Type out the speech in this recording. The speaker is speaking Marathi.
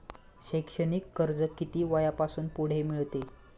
शैक्षणिक कर्ज किती वयापासून पुढे मिळते?